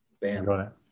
Bam